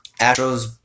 Astros